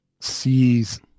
sees